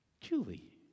Julie